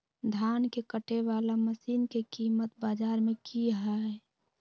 धान के कटे बाला मसीन के कीमत बाजार में की हाय?